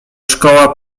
szkoła